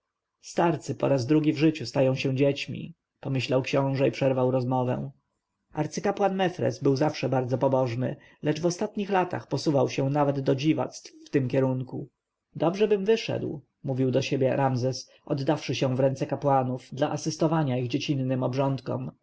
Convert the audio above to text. starcy po raz drugi w życiu stają się dziećmi pomyślał książę i przerwał rozmowę arcykapłan mefres był zawsze bardzo pobożny lecz w ostatnich czasach posuwał się nawet do dziwactw w tym kierunku dobrzebym wyszedł mówił do siebie ramzes oddawszy się w ręce kapłanów dla asystowania ich dziecinnym obrządkom